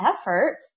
effort